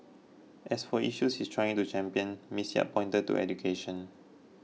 as for issues she is trying to champion Ms Yap pointed to education